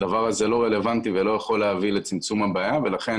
הדבר הזה לא רלוונטי ולא יכול להביא לצמצום הבעיה ולכן